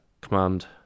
command